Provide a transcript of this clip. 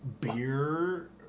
beer